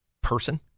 person